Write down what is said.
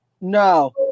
no